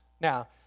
Now